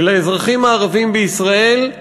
של האזרחים הערבים בישראל,